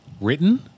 Written